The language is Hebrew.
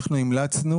אנחנו המלצנו